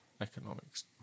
economics